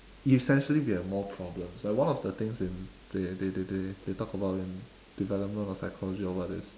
essentially we have more problems like one of the things in they they they they they talk about in development of psychology or what is